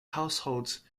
households